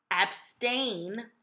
abstain